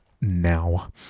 now